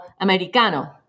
americano